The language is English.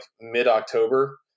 mid-October